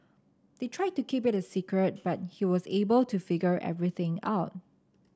they tried to keep it a secret but he was able to figure everything out